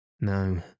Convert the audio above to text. No